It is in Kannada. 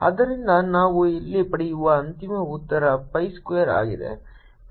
ಆದ್ದರಿಂದ ನಾವು ಇಲ್ಲಿ ಪಡೆಯುವ ಅಂತಿಮ ಉತ್ತರ pi ಸ್ಕ್ವೇರ್ ಆಗಿದೆ